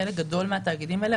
חלק גדול מהתאגידים האלה,